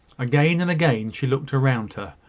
again and again she looked round her,